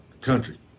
country